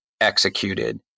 executed